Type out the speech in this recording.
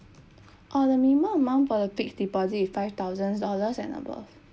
oh the minimum amount for the fixed deposit with five thousand dollars and above